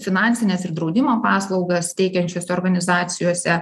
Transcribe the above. finansines ir draudimo paslaugas teikiančiose organizacijose